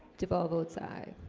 deval votes i